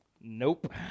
Nope